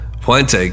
Puente